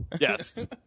Yes